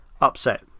upset